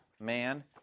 man